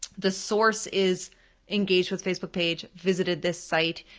this source is engaged with facebook page, visited this site,